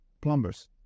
plumbers